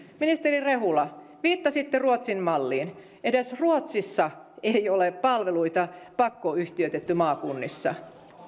ministeri rehula viittasitte ruotsin malliin edes ruotsissa ei ole palveluita pakkoyhtiöitetty maakunnissa